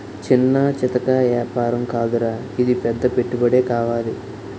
చిన్నా చితకా ఏపారం కాదురా ఇది పెద్ద పెట్టుబడే కావాలి